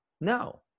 No